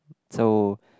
so